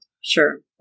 Sure